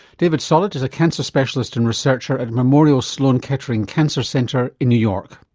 david solit is a cancer specialist and researcher at memorial sloan-kettering cancer center in new york.